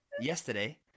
yesterday